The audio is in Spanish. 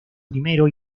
primero